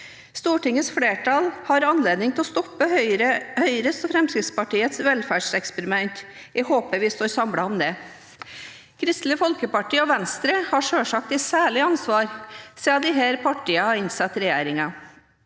Stortingets flertall har anledning til å stoppe Høyres og Fremskrittspartiets velferdseksperiment. Jeg håper vi står samlet om det. Kristelig Folkeparti og Venstre har selvsagt et særlig ansvar, siden disse partiene har innsatt regjeringen.